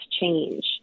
change